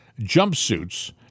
jumpsuits